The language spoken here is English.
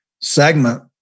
segment